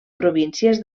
províncies